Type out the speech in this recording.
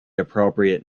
appropriate